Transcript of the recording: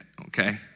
okay